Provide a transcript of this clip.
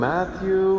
Matthew